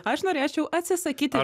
aš norėčiau atsisakyti